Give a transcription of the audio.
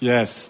Yes